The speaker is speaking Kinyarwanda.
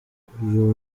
uyu